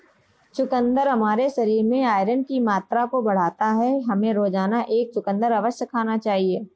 चुकंदर हमारे शरीर में आयरन की मात्रा को बढ़ाता है, हमें रोजाना एक चुकंदर अवश्य खाना चाहिए